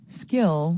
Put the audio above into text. skill